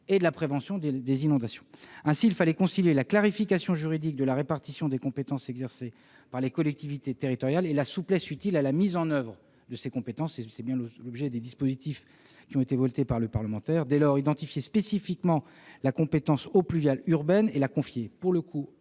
et de la prévention des inondations. Ainsi, il fallait concilier la clarification juridique de la répartition des compétences exercées par les collectivités territoriales et la souplesse utile à la mise en oeuvre de ces compétences. C'est bien l'objet des dispositifs qui ont été votés par les parlementaires. Dès lors, identifier spécifiquement la compétence « eaux pluviales urbaines » et la confier